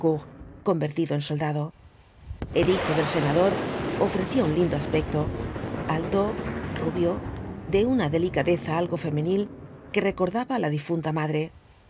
convertido en soldado el hijo del senador ofrecía un lindo aspecto alto rubio de una delicadeza algo femenil que recordaba á la difunta madre